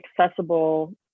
accessible